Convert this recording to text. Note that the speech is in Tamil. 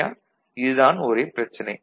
சரியா இது தான் ஒரே பிரச்சனை